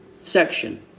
section